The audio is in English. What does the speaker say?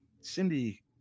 Cindy